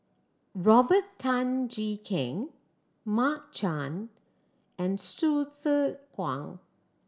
Robert Tan Jee Keng Mark Chan and Hsu Tse Kwang